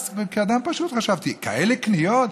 אז, כאדם פשוט חשבתי: כאלה קניות?